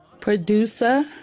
producer